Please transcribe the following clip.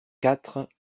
quatre